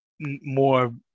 more